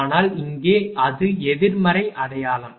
ஆனால் இங்கே அது எதிர்மறை அடையாளம்